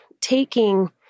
taking